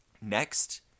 Next